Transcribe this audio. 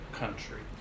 country